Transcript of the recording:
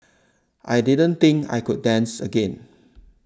I didn't think I could dance again